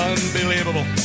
Unbelievable